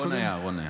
רון היה.